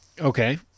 Okay